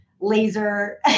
laser